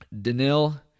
Danil